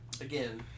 Again